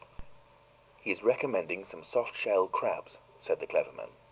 he is recommending some soft-shell crabs, said the clever man.